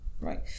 Right